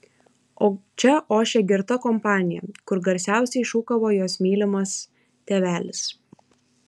o čia ošė girta kompanija kur garsiausiai šūkavo jos mylimas tėvelis